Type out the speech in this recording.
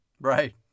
Right